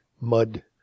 mud